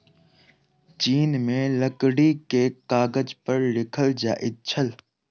चीन में लकड़ी के कागज पर लिखल जाइत छल